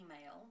email